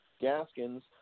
Gaskins